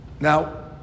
Now